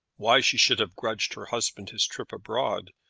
why she should have grudged her husband his trip abroad,